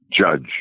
judge